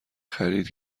خرید